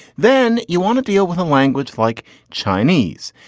then you want to deal with a language like chinese.